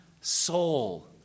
soul